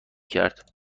کرد